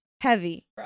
Heavy